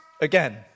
again